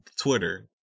Twitter